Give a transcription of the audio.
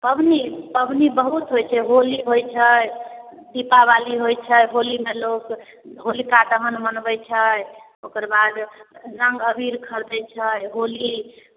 पाबनि पाबनि बहुत होइ छै होली होइ छै दीपावली होइ छै होलीमे लोक होलिका दहन मनबै छै ओकरबाद रङ्ग अबीर खरिदै छै होली